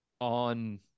on